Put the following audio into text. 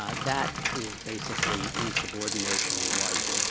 ah that is basically insubordination light.